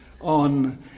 on